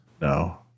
No